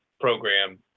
program